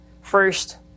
first